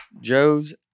Joe's